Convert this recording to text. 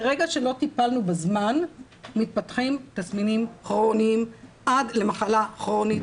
מרגע שלא טיפלנו בזמן מתפתחים תסמינים כרוניים עד למחלה כרונית,